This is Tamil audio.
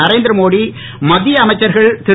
நரேந்திர மோடி மத்திய அமைச்சர்கள் திரு